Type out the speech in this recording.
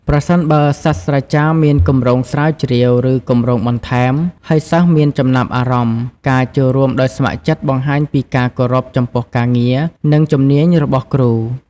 ប្រសិនបើសាស្រ្តាចារ្យមានគម្រោងស្រាវជ្រាវ ឬគម្រោងបន្ថែម ហើយសិស្សមានចំណាប់អារម្មណ៍ ការចូលរួមដោយស្ម័គ្រចិត្តបង្ហាញពីការគោរពចំពោះការងារ និងជំនាញរបស់គ្រូ។